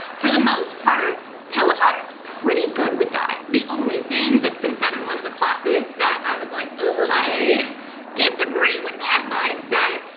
for the most part, peloton is pretty good with that. the only thing that's been said in one of the classes that i was like, ooh, i disagree with that mindset,